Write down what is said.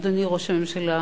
אדוני ראש הממשלה,